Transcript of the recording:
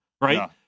right